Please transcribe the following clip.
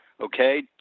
Okay